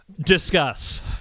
Discuss